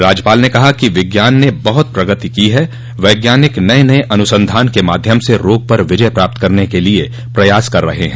राज्यपाल ने कहा कि विज्ञान ने बहुत प्रगति की है वैज्ञानिक नये नये अनुसंधान के माध्यम से रोग पर विजय प्राप्त करने के लिये प्रयास कर रह हैं